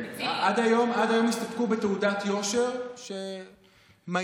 עד היום הסתפקו בתעודת יושר שמעידה,